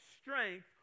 strength